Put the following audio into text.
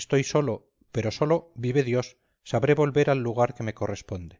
estoy solo pero solo vive dios sabré volver al lugar que me corresponde